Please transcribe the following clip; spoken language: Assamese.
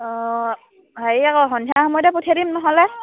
অঁ হেৰি আকৌ সন্ধিয়া সময়তে পঠিয়াই দিম নহ'লে